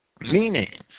meaning